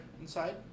inside